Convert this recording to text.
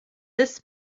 this